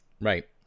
Right